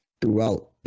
throughout